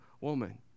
woman